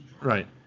Right